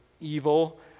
evil